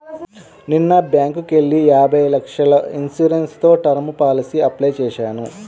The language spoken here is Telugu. నిన్న బ్యేంకుకెళ్ళి యాభై లక్షల ఇన్సూరెన్స్ తో టర్మ్ పాలసీకి అప్లై చేశాను